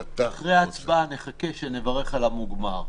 אז נברך על המוגמר.